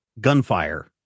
gunfire